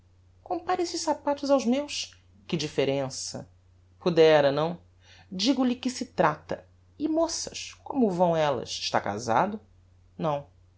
compare esses sapatos aos meus que differença podera não digo-lhe que se trata e moças como vão ellas está casado não